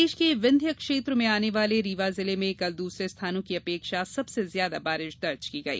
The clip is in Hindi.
प्रदेश के विन्ध्य क्षेत्र में आने वाले रीवा जिले में कल दूसरे स्थानों की अपेक्षा सबसे ज्यादा बारिश दर्ज की गई